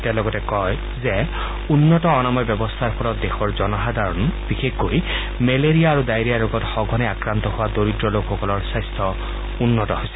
তেওঁ লগতে কয় যে উন্নত অনাময় ব্যৱস্থাৰ ফলত দেশৰ জনসাধাৰণ বিশেষকৈ মেলেৰিয়া আৰু ডায়েৰীয়া ৰোগত সঘনে আক্ৰান্ত হোৱা দৰিদ্ৰ লোকসকলৰ স্বাস্থাও উন্নত হৈছে